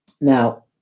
now